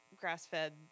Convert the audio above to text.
grass-fed